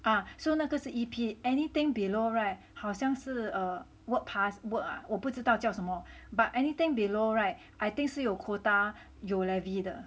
啊所以那个是 E_P anything below [right] 好像是 err work pass work ah 我不知道叫什么 but anything below [right] I think 是有 quota 有 levy 的